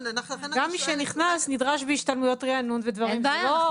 גם מי שנכנס נדרש בהשתלמויות ריענון ודברים -- אין בעיה,